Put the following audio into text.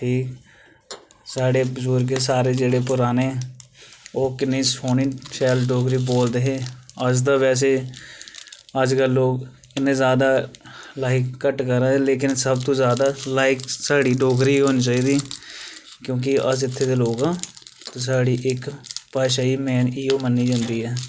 ठीक साढ़े बजुर्ग सारे जेह्ड़े पराने ओह् किन्नी सौह्नी शैल डोगरी बोलदे हे अज्ज ते वैसे अज्जकल लोक इन्नै ज्यादा लाइक घट्ट करै दे लेकिन सब तूं ज्यादा लाइक साढ़ी डोगरी होनी चाहिदी क्योंकि अस इत्थै दे लोक आं साढ़ी इक भाशा गी मेन इ'यै मन्नी जंदी ऐ